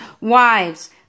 wives